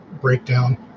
breakdown